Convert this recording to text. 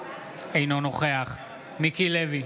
אינו נוכח מיקי לוי,